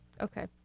Okay